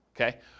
okay